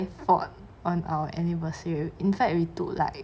fought on our anniversary in fact we took like